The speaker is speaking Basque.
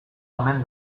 omen